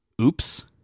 Oops